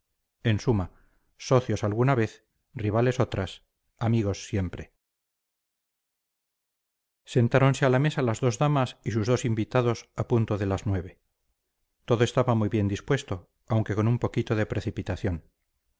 en suma socios alguna vez rivales otras amigos siempre sentáronse a la mesa las dos damas y sus dos invitados a punto de las nueve todo estaba muy bien dispuesto aunque con un poquito de precipitación